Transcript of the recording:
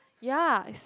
ya it's